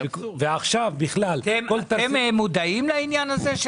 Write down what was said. אתם מודעים לזה?